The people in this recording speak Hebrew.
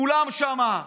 כולם שם,